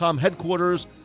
headquarters